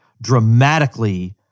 dramatically